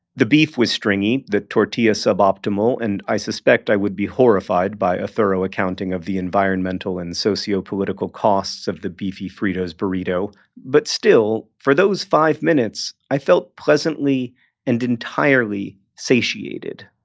the beef was stringy, the tortilla sub-optimal and i suspect i would be horrified by a thorough accounting of the environmental and socio-political costs of the beefy fritos burrito but, still, for those five minutes, i felt pleasantly and entirely satiated.